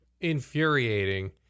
infuriating